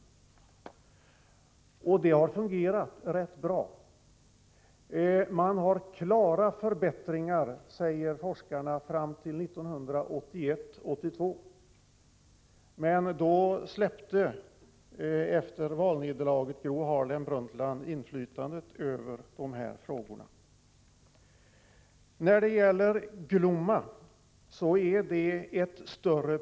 Det har fungerat rätt bra. Det medförde klara förbättringar, säger forskarna, fram till 1981-1982. Men då, efter valnederlaget, förlorade Gro Harlem Brundtland inflytandet över dessa frågor. I fråga om Glomma är problemet svårare.